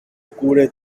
cubre